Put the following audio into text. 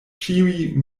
ĉiuj